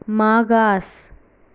मागास